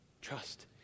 Trust